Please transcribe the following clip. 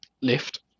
lift